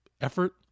effort